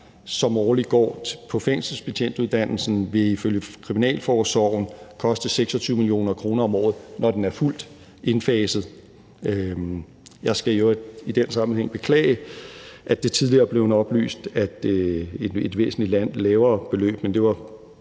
der årligt går på fængselsbetjentuddannelsen, vil ifølge Kriminalforsorgen koste 26 mio. kr. om året, når den er fuldt indfaset. Jeg skal i øvrigt i den sammenhæng beklage, at det tidligere er blevet oplyst, at det er et væsentlig lavere beløb. Men det var